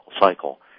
cycle